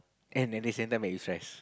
and at the same time make you stress